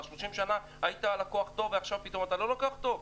30 שנה היית לקוח טוב ועכשיו פתאום אתה לא לקוח טוב?